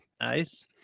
Nice